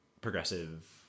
progressive